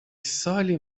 سالی